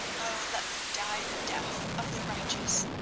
oh, let me die the death of the righteous.